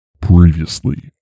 Previously